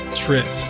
trip